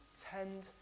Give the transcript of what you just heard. tend